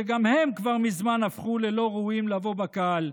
שגם הם כבר מזמן הפכו ללא ראויים לבוא בקהל.